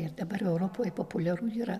ir dabar europoj populiaru yra